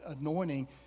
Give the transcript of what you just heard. anointing